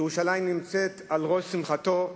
שירושלים נמצאת על ראש שמחתו,